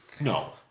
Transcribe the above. No